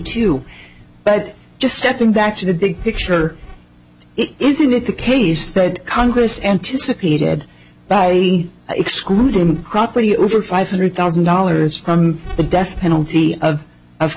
into but just stepping back to the big picture isn't it the case that congress anticipated by excluding property over five hundred thousand dollars from the death penalty of